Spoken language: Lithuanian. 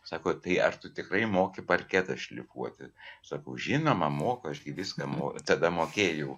sako tai ar tu tikrai moki parketą šlifuoti sakau žinoma moku aš gi viską mo tada mokėjau